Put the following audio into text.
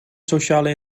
sociale